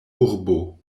urbo